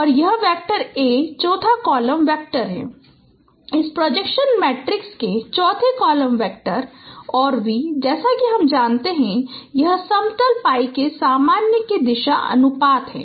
और यह vector a चौथा कॉलम वेक्टर है इस प्रोजेक्शन मैट्रिक्स के चौथे कॉलम वेक्टर और v जैसा कि हम जानते हैं कि यह समतल pi के सामान्य की दिशा अनुपात है